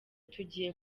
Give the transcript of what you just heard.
tugiye